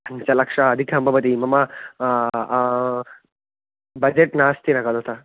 पञ्चलक्षं अधिकं भवति मम बजेट् नास्ति न खलु त